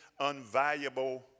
unvaluable